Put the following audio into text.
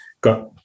got